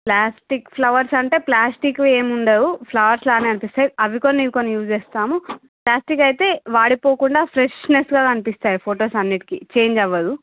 plastic flowers అంటే ప్లాస్టిక్వి ఏమీ ఉండవు ఫ్లవర్స్లాగానే కనిపిస్తాయి అవి కొన్ని ఇవి కొన్ని యూజ్ చేస్తాము ప్లాస్టిక్ అయితే వాడిపోకుండా ఫ్రెష్నెస్గా కనిపిస్తాయి ఫొటోస్ అన్నిటికీ చేంజ్ అవదు